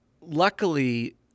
luckily